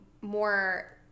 more